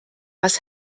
was